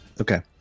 Okay